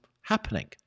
happening